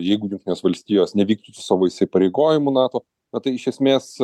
jeigu jungtinės valstijos nevykdytų savo įsipareigojimų nato na tai iš esmės